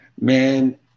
Man